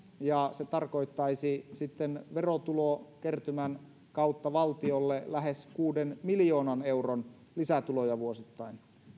ja se tarkoittaisi sitten verotulokertymän kautta valtiolle lähes kuuden miljoonan euron lisätuloja vuosittain